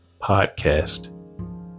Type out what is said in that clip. podcast